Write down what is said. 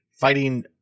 fighting